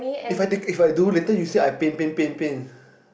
it's like they if I do later you say I pain pain pain pain